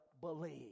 believe